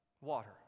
Water